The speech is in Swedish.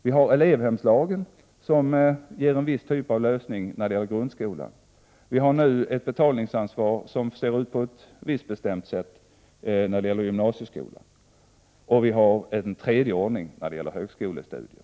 Vi har elevhemslagen, som ger en viss typ av lösning för grundskolan. Vi har också ett betalningsansvar, som ser ut på ett visst sätt för gymnasieskolan. Sedan har vi även en särskild ordning för högskolestudier.